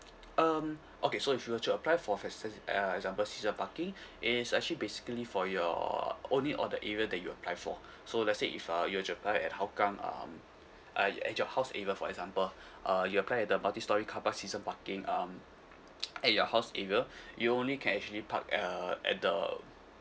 um okay so if you were to apply for let's say uh example season parking it's actually basically for your only or the area that you apply for so let's say if uh you were to apply at hougang um uh at your house area for example uh you apply at the multi storey car park season parking um at your house area you only can actually park uh at the